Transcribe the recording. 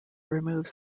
remove